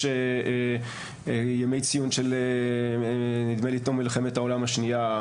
יש ימי ציון של נדמה לי תום מלחמת העולם השנייה,